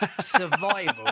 Survival